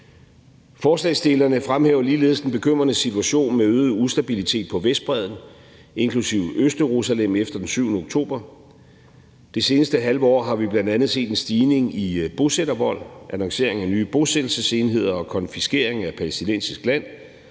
Forslagsstillerne fremhæver ligeledes den bekymrende situation med øget ustabilitet på Vestbredden, inklusive Østjerusalem, efter den 7. oktober. Det seneste halve år har vi bl.a. set en stigning i bosættervold, annoncering af nye bosættelsesenheder og konfiskering af palæstinensisk land,